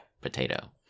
potato